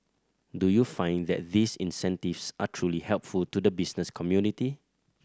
do you find that these incentives are truly helpful to the business community